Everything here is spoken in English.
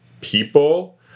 people